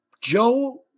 Joe